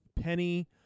Penny